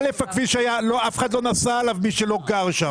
קודם כול, אף אחד לא נסע עליו, מי שלא גר שם.